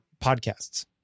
podcasts